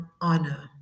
honor